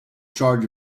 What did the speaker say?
charge